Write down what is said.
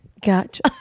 Gotcha